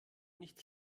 nicht